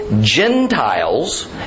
Gentiles